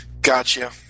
Gotcha